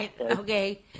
Okay